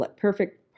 perfect